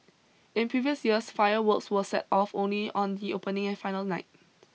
in previous years fireworks were set off only on the opening and final nights